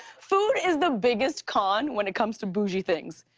food is the biggest con when it comes to boujee things.